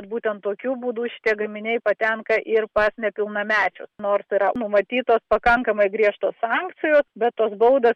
būtent tokiu būdu šitie gaminiai patenka ir pas nepilnamečius nors yra numatytos pakankamai griežtos sankcijos bet tos baudos